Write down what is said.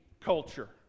culture